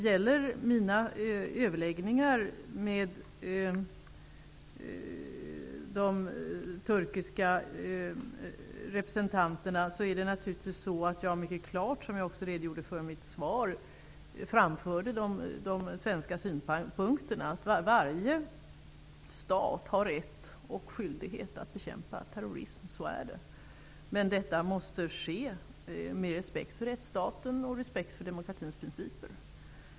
I mina överläggningar med de turkiska representanterna framförde jag -- vilket jag också har redogjort för i mitt svar -- den svenska synpunkten att varje stat har rätt och skyldighet att bekämpa terrorism. Men detta måste ske med respekt för rättsstaten och för demokratins principer.